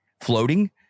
floating